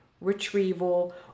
retrieval